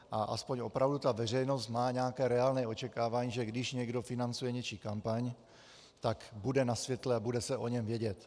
A aspoň opravdu ta veřejnost má nějaké reálné očekávání, že když někdo financuje něčí kampaň, tak bude na světle a bude se o něm vědět.